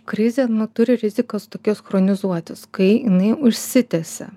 krizė na turi rizikos tokios chronizuotis kai jinai užsitęsia